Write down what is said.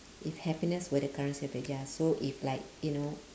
if happiness were the currency of the ya so if like you know